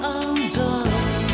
undone